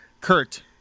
Kurt